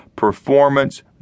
Performance